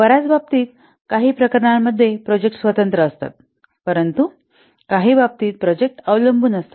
बर्याच बाबतीत काही प्रकरणांमध्ये प्रोजेक्ट स्वतंत्र असतात परंतु काही बाबतीत प्रोजेक्ट अवलंबून असतात